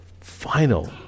final